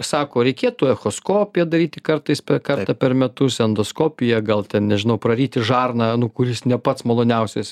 sako reikėtų echoskopiją daryti kartais kartą per metus endoskopiją gal ten nežinau praryti žarną nu kuris ne pats maloniausias